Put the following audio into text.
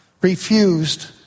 refused